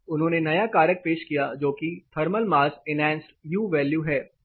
उन्होंने नया कारक पेश किया जोकि thermal mass enhanced U value है